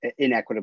inequitably